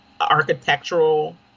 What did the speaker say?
architectural